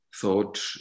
thought